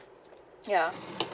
ya